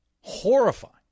horrifying